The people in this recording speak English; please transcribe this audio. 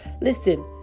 Listen